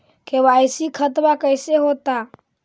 KYC खतबा कैसे होता?